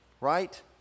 right